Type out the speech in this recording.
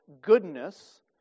goodness